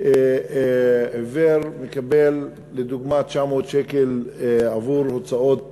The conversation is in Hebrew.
עיוור מקבל, לדוגמה, 900 שקלים עבור הוצאות